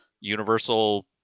universal